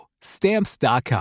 Stamps.com